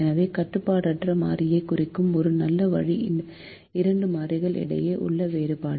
எனவே கட்டுப்பாடற்ற மாறியைக் குறிக்கும் ஒரு நல்ல வழி இரண்டு மாறிகள் இடையே உள்ள வேறுபாடு